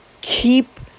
keep